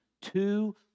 two